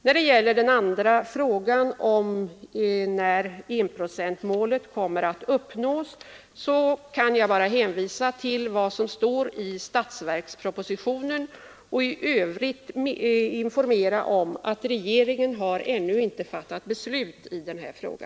När det gäller den andra frågan — när enprocentsmålet kommer att uppnås — kan jag bara hänvisa till vad som står i statsverkspropositionen och i övrigt informera om att regeringen ännu inte fattat beslut i denna fråga.